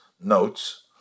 notes